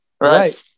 Right